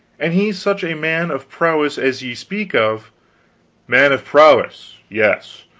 and he such a man of prowess as ye speak of man of prowess yes,